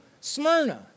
Smyrna